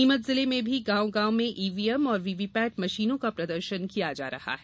नीमच जिले में भी गांव गांव में ईवीएम और वीवी पैट मशीनों का प्रदर्शन किया जा रहा है